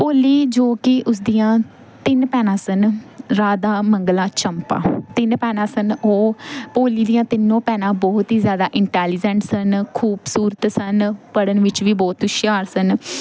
ਭੋਲੀ ਜੋ ਕਿ ਉਸਦੀਆਂ ਤਿੰਨ ਭੈਣਾਂ ਸਨ ਰਾਧਾ ਮੰਗਲਾ ਚੰਪਾ ਤਿੰਨ ਭੈਣਾਂ ਸਨ ਉਹ ਭੋਲੀ ਦੀਆਂ ਤਿੰਨੋਂ ਭੈਣਾਂ ਬਹੁਤ ਹੀ ਜ਼ਿਆਦਾ ਇੰਟੈਲੀਜੈਂਟ ਸਨ ਖੂਬਸੂਰਤ ਸਨ ਪੜ੍ਹਨ ਵਿੱਚ ਵੀ ਬਹੁਤ ਹੁਸ਼ਿਆਰ ਸਨ